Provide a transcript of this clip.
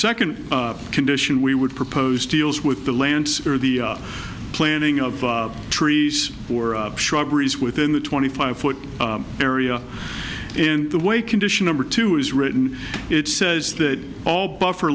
second condition we would propose deals with the land or the planning of trees or shrubberies within the twenty five foot area in the way condition number two is written it says that all buffer